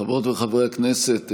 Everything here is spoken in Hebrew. חברות וחברי הכנסת,